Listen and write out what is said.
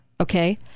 Okay